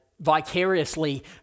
vicariously